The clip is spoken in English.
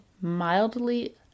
mildly